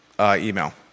email